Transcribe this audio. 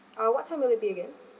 uh what time will it be again